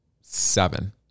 seven